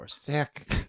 Sick